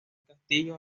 castillo